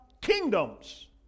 kingdoms